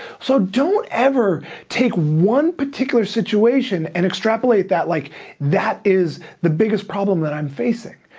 so don't ever take one particular situation and extrapolate that like that is the biggest problem that i'm facing.